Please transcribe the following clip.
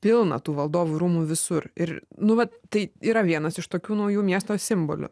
pilna tų valdovų rūmų visur ir nu vat tai yra vienas iš tokių naujų miesto simbolių